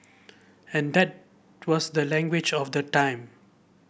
and that was the language of the time